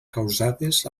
causades